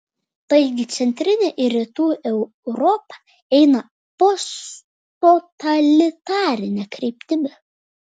taigi centrinė ir rytų europa eina posttotalitarine kryptimi